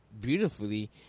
beautifully